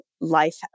life